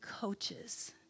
coaches